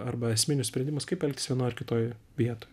arba esminius sprendimus kaip elgtis vienoj ar kitoj vietoj